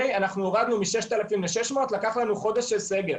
הורדנו מ-6,000 ל-600, לקח לנו חודש של סגר.